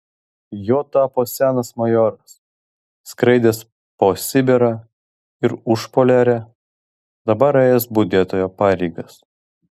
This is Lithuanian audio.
juo tapo senas majoras skraidęs po sibirą ir užpoliarę dabar ėjęs budėtojo pareigas